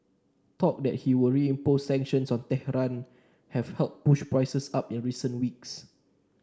talk that he will reimpose sanctions on Tehran have helped push prices up in recent weeks